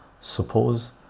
Suppose